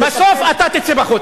בסוף אתה תצא בחוץ,